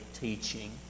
teaching